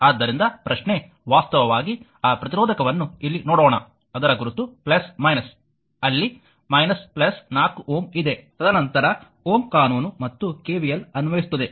ಆದ್ದರಿಂದ ಪ್ರಶ್ನೆ ವಾಸ್ತವವಾಗಿ ಆ ಪ್ರತಿರೋಧಕವನ್ನು ಇಲ್ಲಿ ನೋಡೋಣ ಅದರ ಗುರುತು ಅಲ್ಲಿ 4 Ω ಇದೆ ತದನಂತರ Ω ಕಾನೂನು ಮತ್ತು KVL ಅನ್ವಯಿಸುತ್ತದೆ